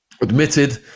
Admitted